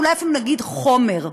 אולי אפילו נגיד חומר.